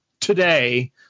today